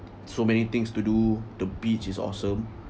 so many things to do the beach is awesome